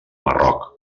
marroc